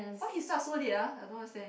why he start so late ah I don't understand